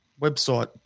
Website